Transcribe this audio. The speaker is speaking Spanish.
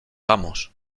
vamos